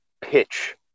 pitch